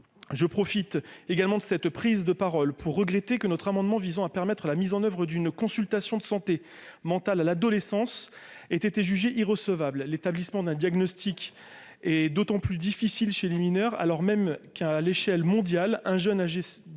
je profite également de cette prise de parole pour regretter que notre amendement visant à permettre la mise en oeuvre d'une consultation de santé mentale à l'adolescence est été jugé irrecevable l'établissement d'un diagnostic et d'autant plus difficile chez les mineurs, alors même qu'à l'échelle mondiale, un jeune âgé